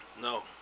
No